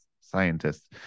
scientists